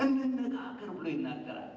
i'm not gonna